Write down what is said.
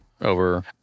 over